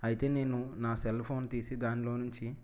అయితే నేను నా సెల్ ఫోన్ తీసి దానిలో నుంచి